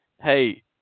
Hey